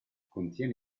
contiene